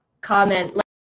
comment